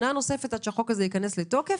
שנה נוספת עד שהחוק הזה ייכנס לתוקף